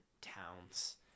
towns